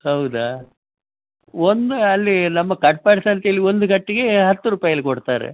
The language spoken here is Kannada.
ಹೌದಾ ಒಂದು ಅಲ್ಲಿ ನಮ್ಮ ಕಟ್ಪಾಡಿ ಸಂತೇಲಿ ಒಂದು ಕಟ್ಟಿಗೆ ಹತ್ತು ರೂಪಾಯಲ್ಲಿ ಕೊಡ್ತಾರೆ